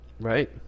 Right